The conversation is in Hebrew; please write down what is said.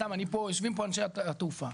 יושבים פה אנשי התעופה.